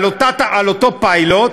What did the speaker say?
על אותו פיילוט.